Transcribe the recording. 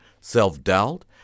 self-doubt